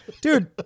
dude